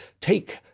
take